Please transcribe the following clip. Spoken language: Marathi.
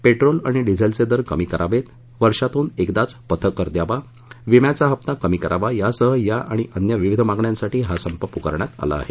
पेट्रोल आणि डिझेलचे दर कमी करावेत वर्षातून एकदाच पथकर द्यावा विम्याचा हप्ता कमी करावा यासह या आणि अन्य विविध मागण्यासाठी हा संप पुकारण्यात आला आहे